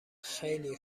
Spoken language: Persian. خیلی